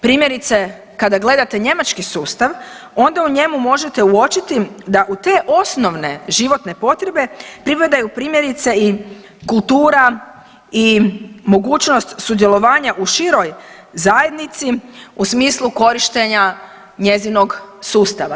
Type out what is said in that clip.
Primjerice kada gledate njemački sustav onda u njemu možete uočiti da u te osnovne životne potrebe pripadaju primjerice i kultura i mogućnost sudjelovanja u široj zajednici u smislu korištenja njezinog sustava.